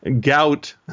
Gout